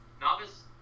Novice